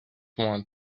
want